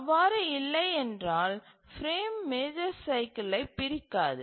அவ்வாறு இல்லையென்றால் frame major சைக்கிலை பிரிக்காது